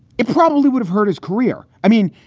it probably would have hurt his career. i mean,